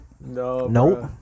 Nope